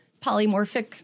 polymorphic